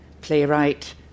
playwright